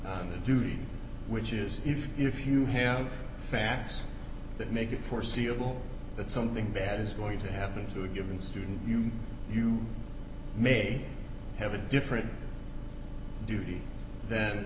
do which is if if you have facts that make it foreseeable that something bad is going to happen to a given student you you may have a different duty th